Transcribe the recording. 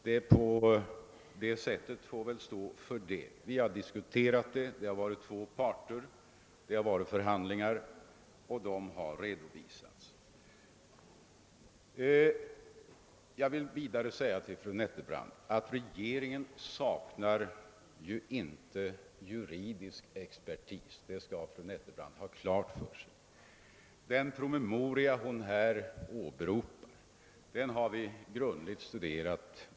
De som skildrat saken så får stå för det. Vi har diskuterat mellan två parter, och förhandlingarna har redovisats. Sedan vill jag säga att regeringen ju inte saknar juridisk expertis, det skall fru Nettelbrandt ha klart för sig. Den promemoria som här har åberopats har vi också grundligt studerat.